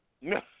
No